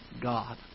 God